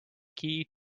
key